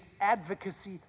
advocacy